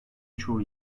çoğu